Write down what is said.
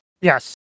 Yes